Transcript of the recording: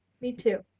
me too.